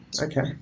Okay